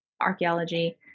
archaeology